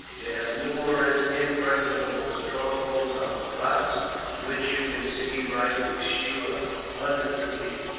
they have numerous, impregnable strongholds on the rocks which you can see rising sheer up hundreds of feet,